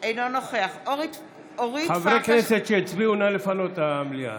אינו נוכח חברי כנסת שהצביעו, נא לפנות את המליאה,